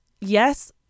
yes